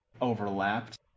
overlapped